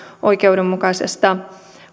oikeudenmukaisesta